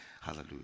hallelujah